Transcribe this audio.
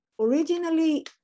originally